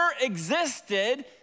existed